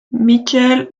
michel